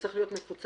וצריך להיות מפוצל,